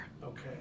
Okay